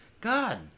God